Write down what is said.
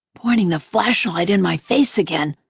pointing the flashlight in my face again.